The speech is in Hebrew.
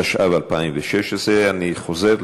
התשע"ו 2016. אני חוזר,